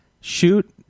Shoot